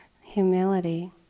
humility